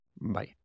Bye